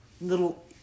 little